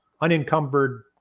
unencumbered